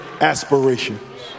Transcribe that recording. aspirations